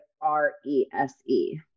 r-e-s-e